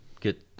get